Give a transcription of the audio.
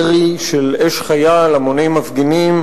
ירי של אש חיה על המוני מפגינים,